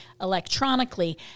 electronically